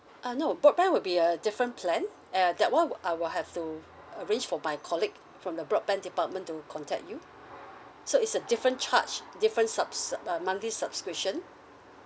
uh no broadband would be a different plan uh that [one] I will have to arrange for my colleague from the broadband department to contact you so is a different charge different sub~ sub~ uh monthly subscription